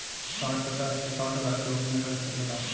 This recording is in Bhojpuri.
सांड पचास से साठ गाय के गोभिना कर सके ला